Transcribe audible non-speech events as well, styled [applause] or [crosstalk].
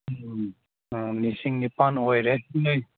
[unintelligible] ꯂꯤꯁꯤꯡ ꯅꯤꯄꯥꯜ ꯑꯣꯏꯔꯦ